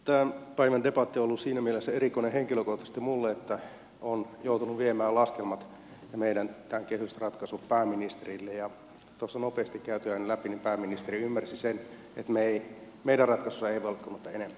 tämän päivän debatti on ollut minulle henkilökohtaisesti siinä mielessä erikoinen että olen joutunut viemään meidän laskelmat ja tämän kehysratkaisun pääministerille ja tuossa nopeasti käytyäni ne läpi pääministeri ymmärsi sen että meidän ratkaisussa ei velkaannuta enempää